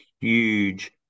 huge